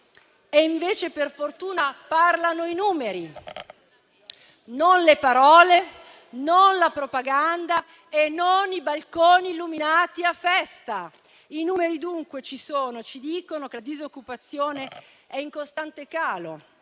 invece, parlano i numeri, non le parole, né la propaganda, né i balconi illuminati a festa. I numeri dunque ci sono e ci dicono che la disoccupazione è in costante calo